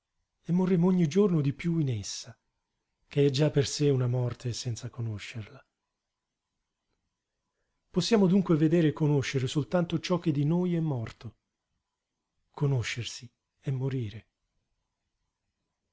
e morremmo ogni giorno di piú in essa che è già per sé una morte senza conoscerla possiamo dunque vedere e conoscere soltanto ciò che di noi è morto conoscersi è morire